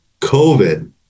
COVID